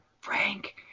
frank